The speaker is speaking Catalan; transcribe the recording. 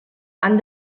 han